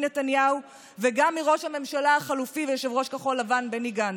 נתניהו וגם מראש הממשלה החלופי ויושב-ראש כחול לבן בני גנץ.